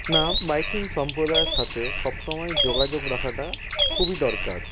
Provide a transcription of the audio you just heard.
না বাইকিং সম্প্রদায়ের সাথে সব সময় যোগাযোগ রাখাটা খুবই দরকার